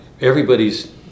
everybody's